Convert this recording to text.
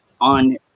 on